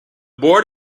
board